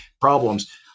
problems